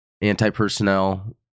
Anti-personnel